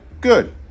Good